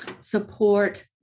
support